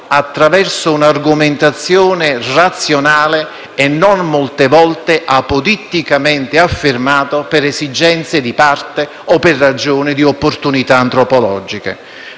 attraverso un'argomentazione razionale e non come molte volte apoditticamente affermato per esigenze di parte o per ragioni di opportunità antropologiche.